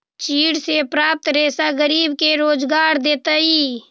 चीड़ से प्राप्त रेशा गरीब के रोजगार देतइ